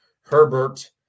Herbert